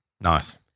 Nice